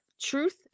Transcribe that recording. Truth